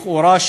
לכאורה,